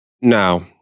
now